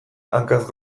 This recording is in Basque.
hankaz